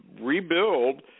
rebuild